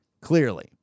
clearly